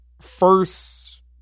first